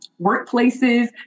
workplaces